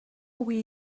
will